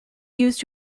used